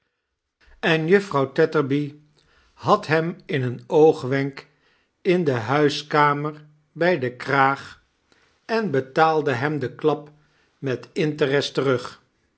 en juffrouw tetterby had hem in een oogwenk in de huiskamer bij den kraag en betaalde hem de klap met interest terug